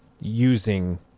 using